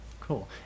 Cool